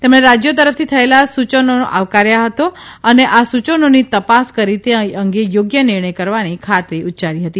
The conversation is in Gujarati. તેમણે રાજ્યો તરફથી થયેલા સૂયનોને આવકાર આપ્યો હતો અને આ સૂયનોની તપાસ કરી તે અંગે યોગ્ય નિર્ણય કરવાની ખાતરી ઉચ્યારી હતી